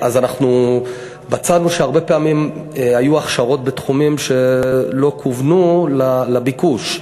אנחנו מצאנו שהרבה פעמים היו הכשרות בתחומים שלא כוונו לביקוש.